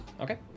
Okay